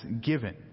given